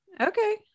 okay